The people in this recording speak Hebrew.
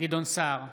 גדעון סער,